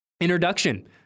introduction